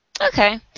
Okay